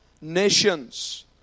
nations